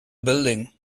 building